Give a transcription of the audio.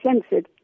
censored